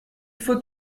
faut